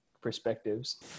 perspectives